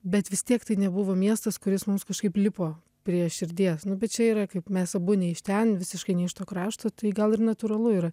bet vis tiek tai nebuvo miestas kuris mums kažkaip lipo prie širdies nu bet čia yra kaip mes abu ne iš ten visiškai ne iš to krašto tai gal ir natūralu yra